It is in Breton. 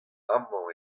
amañ